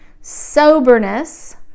soberness